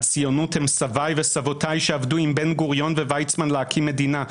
הציונות הם סביי וסבותיי שעבדו עם בן גוריון ו-ויצמן להקים מדינה,